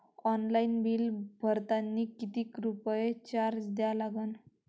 Online bill भरतानी कितीक रुपये चार्ज द्या लागन?